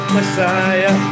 Messiah